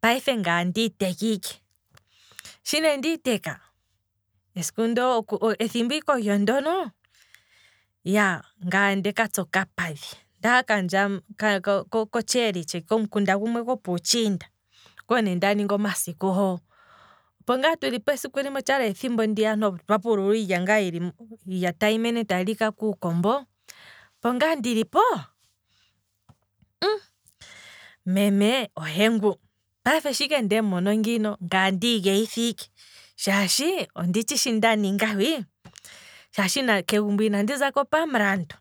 Payife ngaye ondiiteka ike, shi nee ndiiteka, ethimbo ike olyo ndono, iyaa, ngaye ondeka tsa okapadhi, ondaha kaandja, ko- ko- kotsheeli tshe komukunda gumwe gopuutshinda, okonee ndaningi omasiku hoo, opo ngaa tulipo esiku limwe. otshali ethimbo nee ndiya opo twa pulila iilya tayi mene tayi lika kuukombo, opo ngaa ndili po, hhhhm, meme ohe ngu, payife shi ike ndemuno ngino. ngaye ondii geyitha ike, shaashi onditshi shi ndaninga hwii, shaashi kegumbo inandi zako pamulandu,